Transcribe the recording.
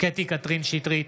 קטי קטרין שטרית,